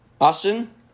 Austin